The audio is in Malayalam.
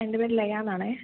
എൻ്റെ പേര് ലയാന്നാണേ